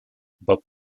bob